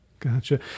Gotcha